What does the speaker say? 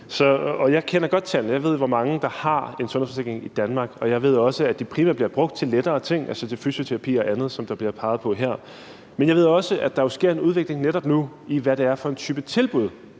Jeg kender godt tallene, og jeg ved, hvor mange der har en sundhedsforsikring i Danmark, og jeg ved også, at de primært bliver brugt til lettere ting, til fysioterapi og andet, som der bliver peget på her. Men jeg ved også, at der jo sker en udvikling netop nu i, hvad det er for en type tilbud,